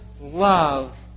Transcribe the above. love